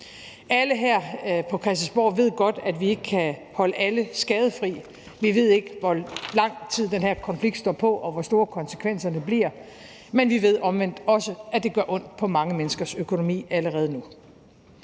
ved godt, at vi ikke kan holde alle skadefri. Vi ved ikke, hvor lang tid den her konflikt står på, og hvor store konsekvenserne bliver, men vi ved omvendt også, at det gør ondt på mange menneskers økonomi allerede nu.